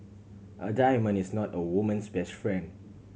a diamond is not a woman's best friend